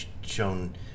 shown